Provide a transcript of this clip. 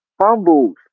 Fumbles